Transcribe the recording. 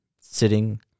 sitting